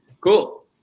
Cool